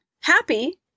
happy